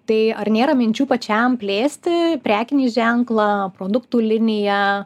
tai ar nėra minčių pačiam plėsti prekinį ženklą produktų liniją